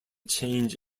change